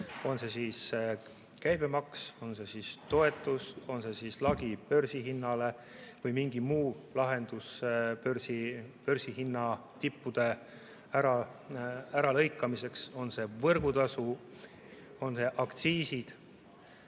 on see käibemaks, on see toetus, on see lagi börsihinnale või mingi muu lahendus börsihinna tippude äralõikamiseks, nagu võrgutasu või aktsiisid.